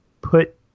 put